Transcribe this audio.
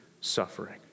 suffering